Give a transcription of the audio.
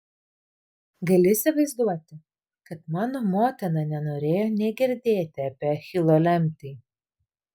gali įsivaizduoti kad mano motina nenorėjo nė girdėti apie achilo lemtį